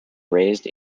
raised